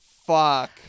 Fuck